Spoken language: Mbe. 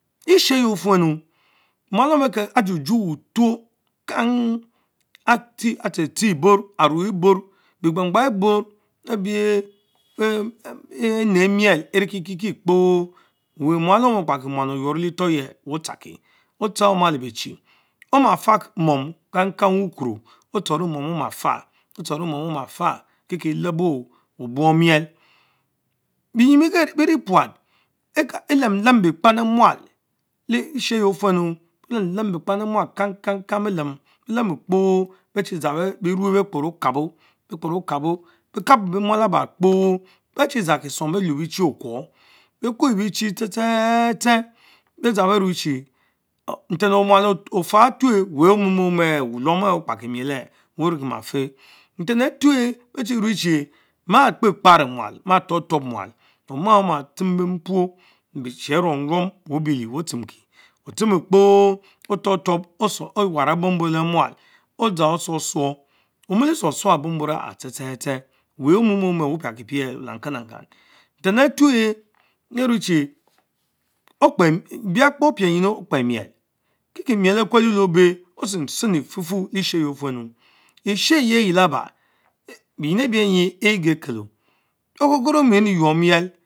Leshieye fuenu; mualom ajuju wutush kang, atshe tshe aruch eborn, be gbanggbang eborn ebie ene miel eneki kieki kpo, wee malom on kpakimiel oynoro letorych weh ehh Otsharki, Otshare omale beechie oma famom kang kang ukuro, Etshoro mom mom oma fah, keken elebor obuong Oma fa, otshoro miel, benzin bee nie puat, elem- lem biekpan emuad leh sheh yeah ofuenu, lam lem bekpamemual, kamg kang kang, elemu kpo beh chie dzan berue beh kperr okabo beh kabo beh mund eby kpo, bechie dzan keshom ben we bitchie okurr bee kue bitchie tse tse tse beh dza berme cheh inten emual ofah ature, week ome me ome eluh alom, olom oh kpakimil this web rikie ma fen, uten atuch bechie me chie ma kpekparo mmal, ma tuob-tuob mual, oma omah tsham benpuo Lebeshic arum rum weh store obili oma tshem benpro, otshamokpo, otrop trop owan abun-borr leh musl Odzan sourh sorrh, Omelie Sorrh Josh abun bor aha tse the the, weh ome mon mes opiati Pien Lenkan-la-kan; nten ature bea chie, biakpo Kikie miel ah kwelke leben otshem окренути, ekpe miel, tshen efufu eyje Laba bienyin ebenque ebernyin leshieye ofuenu, Eshieh eyie laba bienyin ebernyin egekelo, okokoro mie rie your miel.